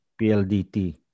PLDT